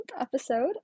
episode